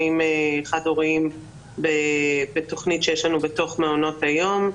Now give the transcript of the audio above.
חד הוריים בתוכנית שיש לנו בתוך מעונות היום,